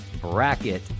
Bracket